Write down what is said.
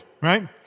right